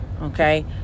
okay